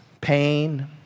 Pain